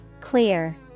Clear